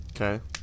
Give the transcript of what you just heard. okay